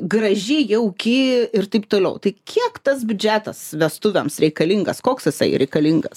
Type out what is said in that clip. graži jauki ir taip toliau tai kiek tas biudžetas vestuvėms reikalingas koks jisai reikalingas